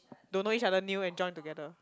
don't know each other new and join together